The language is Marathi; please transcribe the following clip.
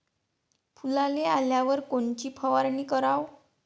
फुलाले आल्यावर कोनची फवारनी कराव?